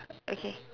okay